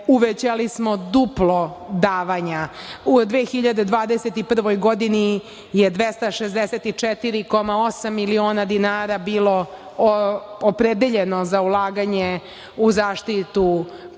uvećali smo duplo davanja. U 2021. godini je 264,8 miliona dinara bilo opredeljeno za ulaganje u zaštitu prirodu